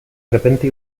repente